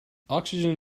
oxygen